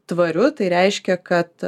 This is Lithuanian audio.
tvariu tai reiškia kad